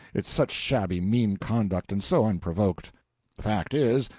it's such shabby mean conduct and so unprovoked the fact is,